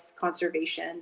conservation